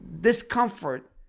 discomfort